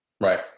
Right